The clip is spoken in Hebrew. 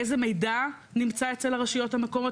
איזה מידע נמצא אצל הרשויות המקומיות,